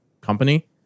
company